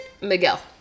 miguel